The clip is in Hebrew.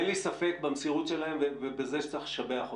אין לי ספק במסירות שלהם ובזה שצריך לשבח אותם.